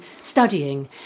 Studying